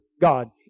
God